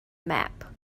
map